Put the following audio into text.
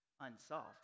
Unsolved